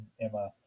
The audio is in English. Emma